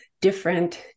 different